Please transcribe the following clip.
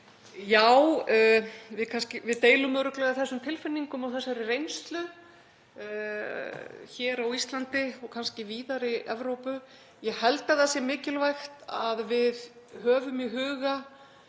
Já, við deilum örugglega þessum tilfinningum og þessari reynslu hér á Íslandi og kannski víðar í Evrópu. Ég held að það sé mikilvægt að við höfum í huga